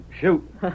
Shoot